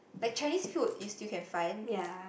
like Chinese food you still can find